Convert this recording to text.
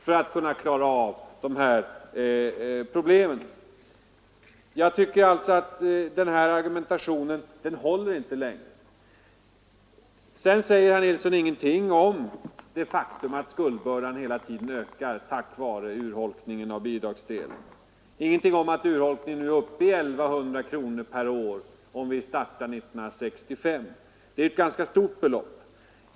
För att klara sådana ekonomiska problem måste det till betydande inkomstförstärkningar. Socialdemokraternas argumentation håller alltså inte längre. Herr Nilsson i Kristianstad säger ingenting om det faktum att skuldbördan hela tiden ökar genom urholkningen av bidragsdelen, han säger ingenting om att denna urholkning gör 1 100 kronor per år räknat från 1965, och det är ett ganska högt belopp.